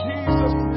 Jesus